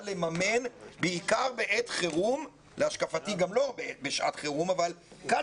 לממן בעיקר בעת חירום להשקפתי גם לא בשעת חירום אבל קל